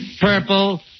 Purple